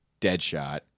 Deadshot